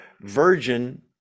virgin